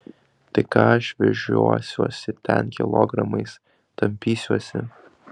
tai ką aš vežiosiuosi ten kilogramais tampysiuosi